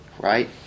right